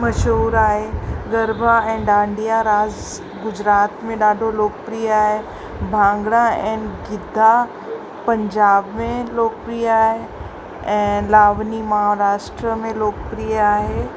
मशहूरु आहे गरबा ऐं डांडिया रास गुजरात में ॾाढो लोकप्रिय आहे भांगड़ा एंड गिद्दा पंजाब में लोकप्रिय आहे ऐं लावनी महाराष्ट्र में लोकप्रिय आहे